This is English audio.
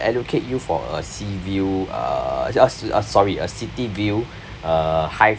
allocate you for a sea view uh just uh sorry uh city view uh high